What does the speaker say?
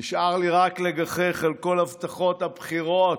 נשאר לי רק לגחך על כל הבטחות הבחירות